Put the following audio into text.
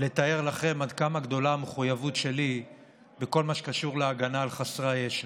ולתאר לכם עד כמה גדולה המחויבות שלי בכל מה שקשור להגנה על חסרי הישע,